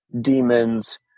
demons